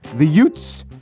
the utes.